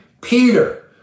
Peter